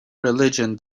religion